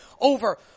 over